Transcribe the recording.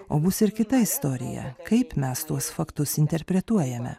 o bus ir kita istorija kaip mes tuos faktus interpretuojame